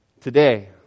today